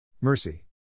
Mercy